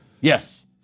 Yes